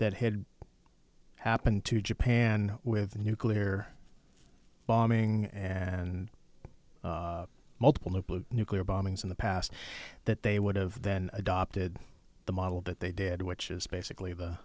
that had happened to japan with the nuclear bomb ing and multiple nuclear nuclear bombings in the past that they would've then adopted the model that they did which is basically the